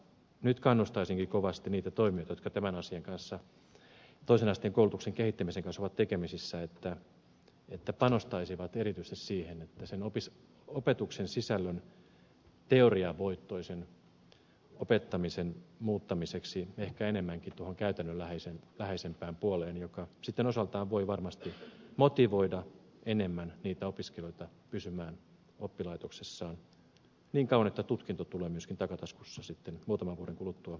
nyt kannustaisinkin kovasti niitä toimijoita jotka tämän asian kanssa toisen asteen koulutuksen kehittämisen kanssa ovat tekemisissä että he panostaisivat erityisesti opetuksen sisällön teoriavoittoisen opettamisen muuttamiseen ehkä enemmänkin tuohon käytännönläheisempään puoleen mikä sitten osaltaan voi varmasti motivoida enemmän niitä opiskelijoita pysymään oppilaitoksissaan niin kauan että tutkinto tulee myöskin takataskussa sitten muutaman vuoden kuluttua mukana